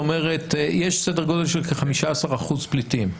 זאת אומרת יש סדר גודל של כ-15% פליטים.